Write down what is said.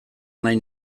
nahi